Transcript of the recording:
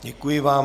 Děkuji vám.